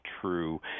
true